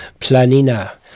planina